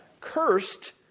cursed